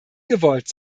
gewollt